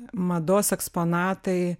mados eksponatai